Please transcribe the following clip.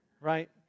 right